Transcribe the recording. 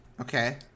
Okay